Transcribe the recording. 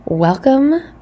welcome